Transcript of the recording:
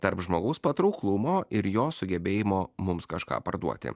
tarp žmogaus patrauklumo ir jo sugebėjimo mums kažką parduoti